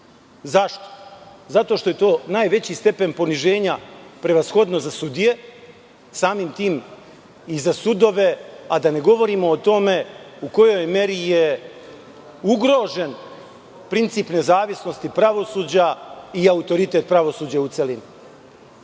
Zašto? Zato što je to najveći stepen poniženja prevashodno za sudije, samim tim i za sudove, a da ne govorim o tome u kojoj meri je ugrožen princip nezavisnosti pravosuđa i autoritet pravosuđa u celini. Moram